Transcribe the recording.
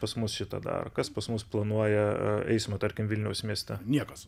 pas mus šito dar kas pas mus planuoja eismo tarkim vilniaus mieste niekas